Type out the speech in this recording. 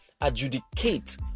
adjudicate